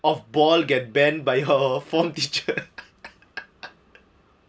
of ball get banned by our form teacher